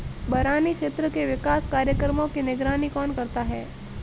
बरानी क्षेत्र के विकास कार्यक्रमों की निगरानी कौन करता है?